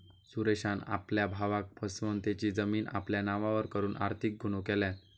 सुरेशान आपल्या भावाक फसवन तेची जमीन आपल्या नावार करून आर्थिक गुन्हो केल्यान